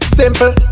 simple